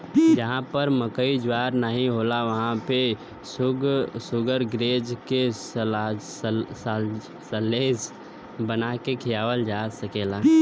जहां पर मकई ज्वार नाहीं होला वहां पे शुगरग्रेज के साल्लेज बना के खियावल जा सकला